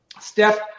Steph